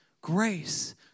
grace